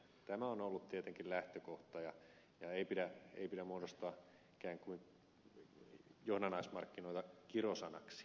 tämä on ollut tietenkin lähtökohta ja ei pidä muodostaa ikään kuin johdannaismarkkinoita kirosanaksi